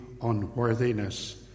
unworthiness